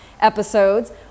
episodes